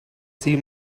see